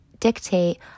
Dictate